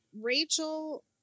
Rachel